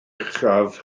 uchaf